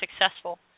successful